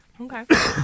Okay